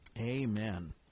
Amen